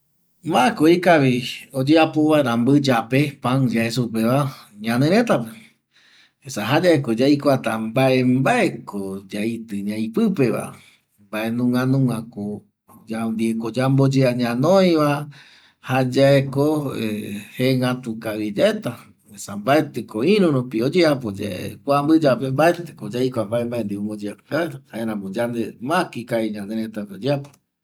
Ma ko ipuere vaera oyeapo mbƚyape pan yae supeva ñane rëtape esa jayaeko yaikuata mbae mbaeko yaitƚ ñai pƚpeva mbaenunga ninga ndieko yamboyea ñanoiva jayaeko jengätu kavi yaeta esa mbaetƚko iru rupi oyeapo yae kua mbƚyape mbaetƚko yaikua mbae mbae ndie omboyea jaeramo mako ikavi ñane rëtape oyeapo